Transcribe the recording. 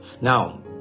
now